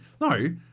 No